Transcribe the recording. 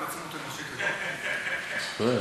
יפה.